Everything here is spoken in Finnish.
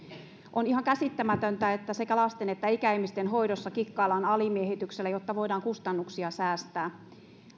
on ihan käsittämätöntä että sekä lasten että ikäihmisten hoidossa kikkaillaan alimiehityksellä jotta voidaan kustannuksia säästää